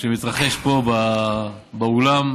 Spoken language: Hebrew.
פה באולם.